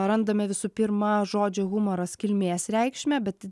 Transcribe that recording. randame visu pirma žodžio humoras kilmės reikšmę bet